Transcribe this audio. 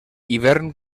hivern